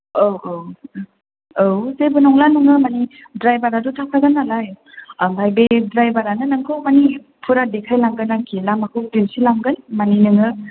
औ औ औ जेबो नङा माने ड्रायभाराथ' थाखागोन नालाय ओमफाय बे ड्रायभारानो नोंखौ माने फुरा देखाय लांगोन आरोखि लामाखौ दिन्थिलांगोन माने नोङो